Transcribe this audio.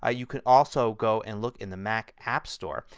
ah you can also go and look in the mac app store.